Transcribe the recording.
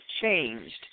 changed